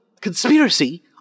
conspiracy